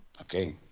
Okay